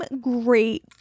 great